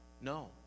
No